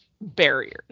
Barriers